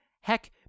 heck